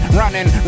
running